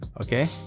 Okay